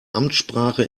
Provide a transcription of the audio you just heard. amtssprache